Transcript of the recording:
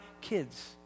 kids